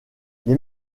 les